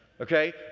Okay